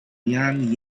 yan